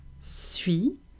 suis